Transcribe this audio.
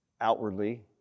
outwardly